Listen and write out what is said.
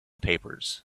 papers